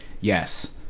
yes